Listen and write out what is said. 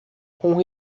com